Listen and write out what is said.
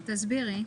תסבירי.